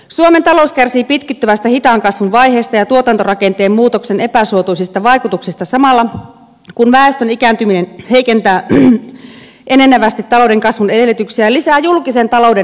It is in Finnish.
suomen talous kärsii pitkittyvästä hitaan kasvun vaiheesta ja tuotantorakenteen muutoksen epäsuotuisista vaikutuksista samalla kun väestön ikääntyminen heikentää enenevästi talouden kasvun edellytyksiä ja lisää julkisen talouden menoja